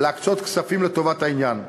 להקצות כספים לטובת העניין.